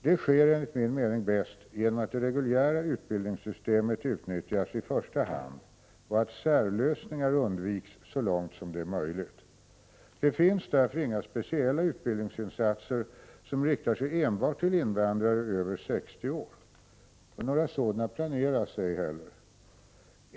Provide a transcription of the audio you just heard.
Detta sker enligt min mening bäst genom att det reguljära utbildningssystemet utnyttjas i första hand och att särlösningar undviks så långt det är möjligt. Det finns därför inga speciella utbildningsinsatser som riktar sig enbart till invandrare över 60 år. Några sådana planeras ej heller.